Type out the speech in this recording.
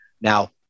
now